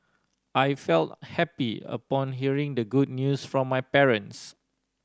I felt happy upon hearing the good news from my parents